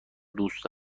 دوست